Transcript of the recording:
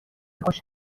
خوش